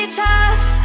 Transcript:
tough